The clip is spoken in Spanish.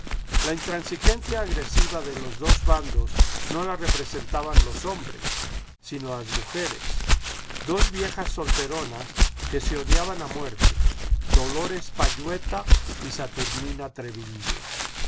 la intransigencia agresiva de los dos bandos no la representaban los hombres sino las mujeres dos viejas solteronas que se odiaban a muerte dolores payueta y vsaturnina treviño